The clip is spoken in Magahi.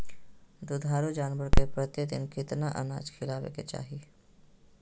दुधारू जानवर के प्रतिदिन कितना अनाज खिलावे के चाही?